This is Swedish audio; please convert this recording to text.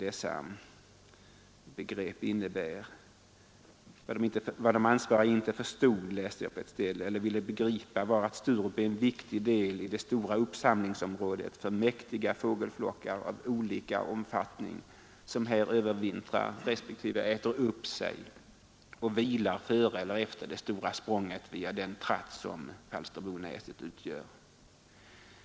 Jag läste någonstans följande: ”Vad de ansvariga inte förstod eller ville begripa var att Sturup är en viktig del i det stora uppsamlingsområdet för mäktiga fågelflockar av olika omfattning, som här övervintrar resp. ”äter upp sig och vilar före och efter ”det stora språnget”, via den ”tratt”, som Näset utgör.